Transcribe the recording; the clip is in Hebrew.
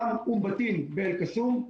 גם אום בטין באל קסום,